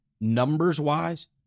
numbers-wise